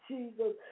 Jesus